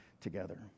together